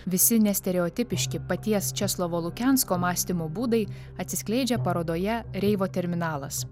visi nestereotipiški paties česlovo lukensko mąstymo būdai atsiskleidžia parodoje reivo terminalas